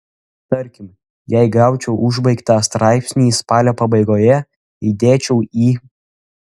tarkim jei gaučiau užbaigtą straipsnį spalio pabaigoje įdėčiau į